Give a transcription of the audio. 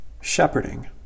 shepherding